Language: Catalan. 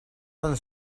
tan